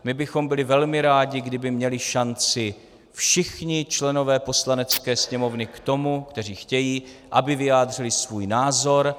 My bychom byli velmi rádi, kdyby měli šanci všichni členové Poslanecké sněmovny, kteří chtějí, aby vyjádřili svůj názor.